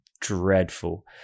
dreadful